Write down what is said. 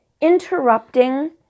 interrupting